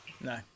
no